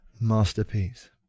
masterpiece